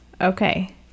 Okay